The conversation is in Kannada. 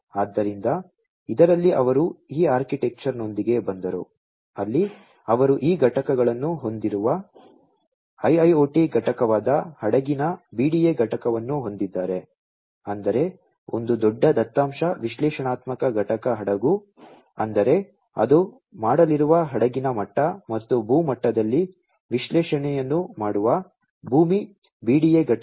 ಆದ್ದರಿಂದ ಇದರಲ್ಲಿ ಅವರು ಈ ಆರ್ಕಿಟೆಕ್ಚರ್ನೊಂದಿಗೆ ಬಂದರು ಅಲ್ಲಿ ಅವರು ಈ ಘಟಕಗಳನ್ನು ಹೊಂದಿರುವ IIoT ಘಟಕವಾದ ಹಡಗಿನ BDA ಘಟಕವನ್ನು ಹೊಂದಿದ್ದಾರೆ ಅಂದರೆ ಒಂದು ದೊಡ್ಡ ದತ್ತಾಂಶ ವಿಶ್ಲೇಷಣಾತ್ಮಕ ಘಟಕ ಹಡಗು ಅಂದರೆ ಅದು ಮಾಡಲಿರುವ ಹಡಗಿನ ಮಟ್ಟ ಮತ್ತು ಭೂ ಮಟ್ಟದಲ್ಲಿ ವಿಶ್ಲೇಷಣೆಯನ್ನು ಮಾಡುವ ಭೂಮಿ BDA ಘಟಕ